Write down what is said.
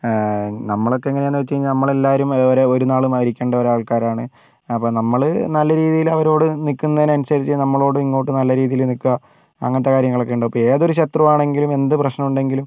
നമ്മളൊക്കെ എങ്ങനെയാന്ന് വെച്ച് കഴിഞ്ഞാൽ നമ്മളെല്ലാവരും ഒരേപോലെ ഒരുനാൾ മരിക്കേണ്ട ആൾക്കാരാണ് അപ്പോൾ നമ്മൾ നല്ലരീതിയിൽ അവരോട് നിൽക്കുന്നതിനനുസരിച്ച് നമ്മളോട് ഇങ്ങോട്ട് നല്ല രീതിയിൽ നിൽക്കും അങ്ങനത്തെ കാര്യങ്ങളൊക്കെയുണ്ട് അപ്പോൾ ഏതൊരു ശത്രുവാണെങ്കിലും എന്തു പ്രശ്നമുണ്ടെങ്കിലും